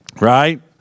Right